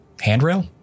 handrail